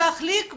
להחליק ולהמשיך.